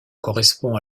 correspond